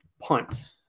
punt